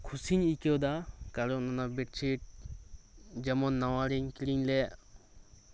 ᱠᱩᱥᱤᱧ ᱟᱹᱭᱠᱟᱹᱣ ᱮᱫᱟ ᱠᱟᱨᱚᱱ ᱚᱱᱟ ᱵᱮᱰᱥᱤᱴ ᱡᱮᱢᱚᱱ ᱱᱟᱣᱟᱨᱤᱧ ᱠᱤᱨᱤᱧ ᱞᱮᱫ